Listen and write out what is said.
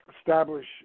establish